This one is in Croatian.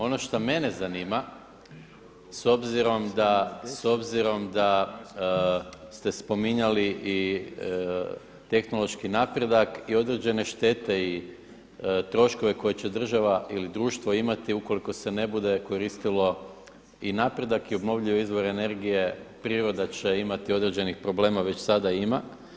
Ono šta mene zanima s obzirom da ste spominjali i tehnološki napredak i određene štete i troškove koje će država ili društvo imati ukoliko se ne bude koristilo i napredak i obnovljivi izvori energije, priroda će imati određenih problema, već sada ima.